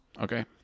Okay